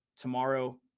tomorrow